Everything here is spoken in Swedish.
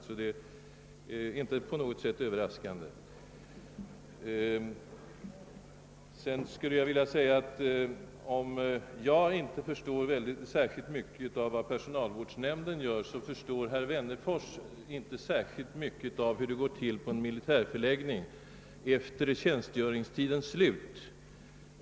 Om jag inte enligt herr Alemyr förstår särskilt mycket av vad personalvårdsnämnden gör, förstår herr Wennerfors inte särskilt mycket av hur det går till på en militärförläggning efter tjänstgöringstidens slut.